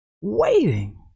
waiting